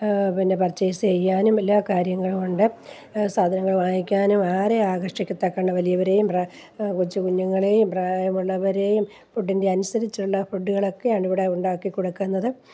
പിന്നെ പർച്ചേസ് ചെയ്യാനും എല്ലാ കാര്യങ്ങളും ഉണ്ട് സാധനങ്ങൾ വാങ്ങിക്കാനും ആരെയും ആകർഷിക്കത്തക്കവണ്ണം വലിയവരെയും കൊച്ചു കുഞ്ഞുങ്ങളെയും പ്രായമുള്ളവരെയും ഫുഡിൻ്റെ അനുസരിച്ചുള്ള ഫുഡുകളൊക്കെയാണ് ഇവിടെ ഉണ്ടാക്കി കൊടുക്കുന്നത്